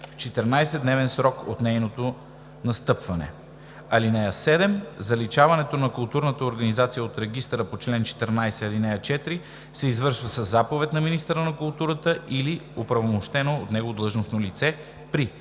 в 14 дневен срок от нейното настъпване. (7) Заличаване на културната организация от регистъра по чл. 14, ал. 4 се извършва със заповед на министъра на културата или оправомощено от него длъжностно лице при: